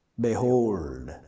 Behold